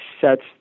sets